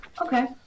Okay